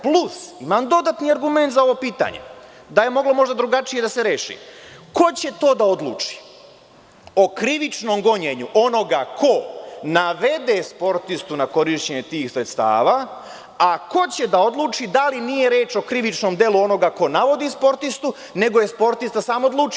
Plus, imam dodatni argument za ovo pitanje, da je moglo možda drugačije da se reši - Ko će to da odluči o krivičnom gonjenju onoga ko navede sportistu na korišćenje tih sredstava, a ko će da odluči da li nije reč o krivičnom delu onoga ko navodi sportistu, nego je sportista sam odlučio?